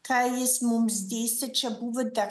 ką jis mums dėstė čia buvo dar